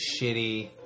shitty